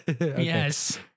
yes